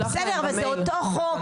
בסדר, אבל זה אותו חוק.